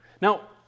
Now